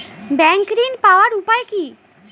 Bank ঋণ পাওয়ার উপায় কি?